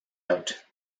out